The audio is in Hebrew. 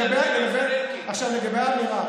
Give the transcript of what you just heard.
לגבי האמירה,